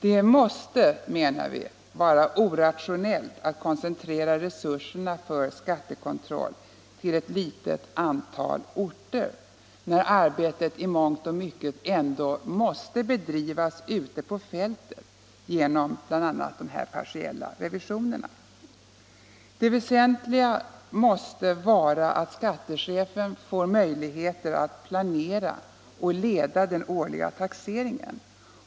Det måste, menar vi, vara orationellt att koncentrera resurserna för skattekontroll till ett litet antal orter, när arbetet i mångt och mycket ändå måste bedrivas ute på fältet genom bl.a. de här partiella revisionerna. Det väsentliga måste vara att skattechefen får möjligheter att planera och leda den årliga taxeringen.